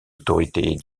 autorités